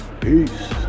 peace